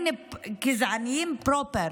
גזעניים פרופר.